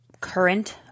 current